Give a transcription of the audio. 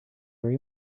very